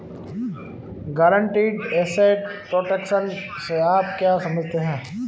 Guaranteed asset protection से आप क्या समझते हैं?